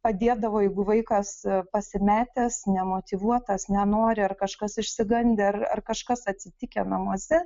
padėdavo jeigu vaikas pasimetęs nemotyvuotas nenori ar kažkas išsigandę ar kažkas atsitikę namuose